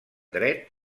dret